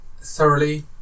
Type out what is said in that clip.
thoroughly